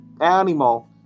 animal